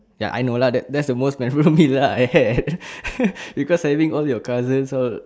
ya I know lah that that's the most memorable meal that I had because having all your cousins all